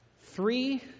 Three